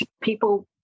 people